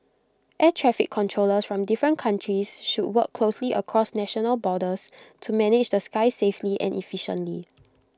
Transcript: air traffic controllers from different countries should work closely across national borders to manage the skies safely and efficiently